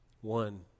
One